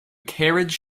carriage